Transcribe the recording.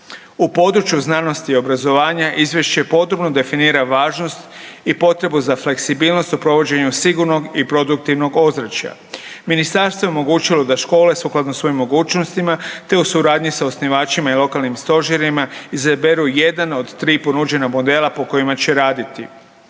U području znanosti i obrazovanje izvješće podrobno definira važnost i potrebu za fleksibilnost u provođenju sigurnog i produktivnog ozračja. Ministarstvo je omogućilo da škole sukladno svojim mogućnostima te u suradnji s osnivačima i lokalnim stožerima izaberu jedan od tri ponuđena modela po kojima će raditi.